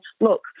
look